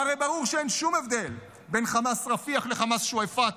והרי ברור שאין שום הבדל בין חמאס רפיח לחמאס שועפאט,